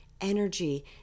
energy